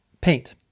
paint